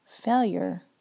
Failure